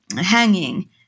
hanging